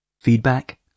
Feedback